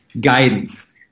guidance